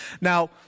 Now